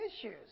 issues